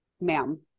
Ma'am